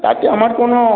তাতে আমার কোনো